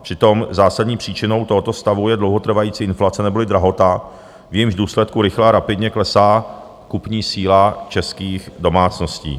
Přitom zásadní příčinou tohoto stavu je dlouhotrvající inflace neboli drahota, v jejímž důsledku rychle a rapidně klesá kupní síla českých domácností.